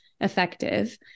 effective